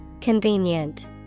Convenient